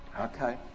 Okay